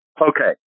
Okay